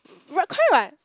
right correct [what]